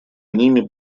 ними